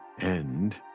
end